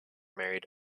married